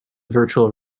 virtual